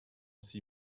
six